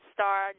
Star